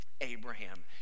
Abraham